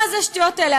מה זה השטויות האלה?